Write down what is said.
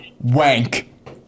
wank